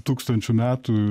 tūkstančių metų